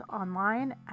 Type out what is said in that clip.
online